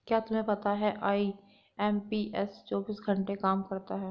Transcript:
क्या तुम्हें पता है आई.एम.पी.एस चौबीस घंटे काम करता है